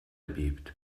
bebt